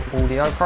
Audio